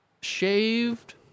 shaved